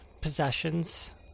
possessions